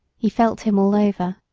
he felt him all over,